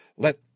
Let